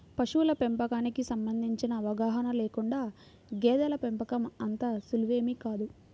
పశువుల పెంపకానికి సంబంధించిన అవగాహన లేకుండా గేదెల పెంపకం అంత సులువేమీ కాదు